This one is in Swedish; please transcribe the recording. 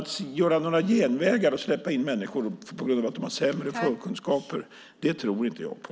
Att via genvägar släppa in människor för att de har sämre förkunskaper tror jag inte på.